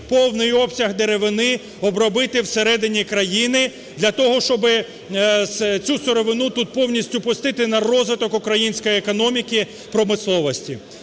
повний обсяг деревини обробити всередині країні для того, щоб цю сировину тут повністю пустити на розвиток української економіки, промисловості.